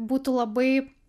būtų labai